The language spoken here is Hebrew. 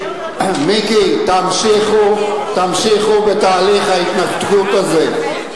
תמשיכו בתהליך ההתנתקות הזה.